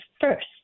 first